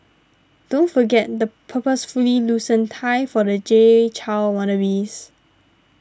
don't forget the purposefully loosened tie for the Jay Chou wannabes